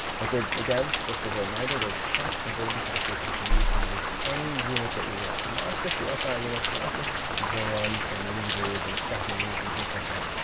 but they're again, just as a reminder, they're just conversion factors. we can use them with any unit that we want, not just the si ah units, not just grams, and liters, and seconds, and things like that.